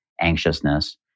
anxiousness